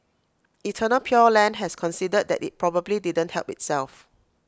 eternal pure land has conceded that IT probably didn't help itself